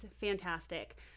fantastic